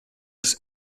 des